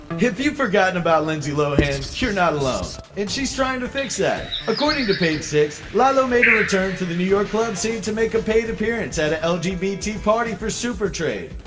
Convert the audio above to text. if you've forgotten about lindsay lohan, you're not alone, and she's trying to fix that. according to page six, lilo made a return to the new york club scene to make a paid appearance at a lgbt party for super trade.